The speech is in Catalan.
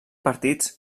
partits